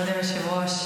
כבוד היושב-ראש,